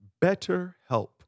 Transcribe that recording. BetterHelp